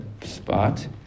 spot